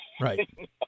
right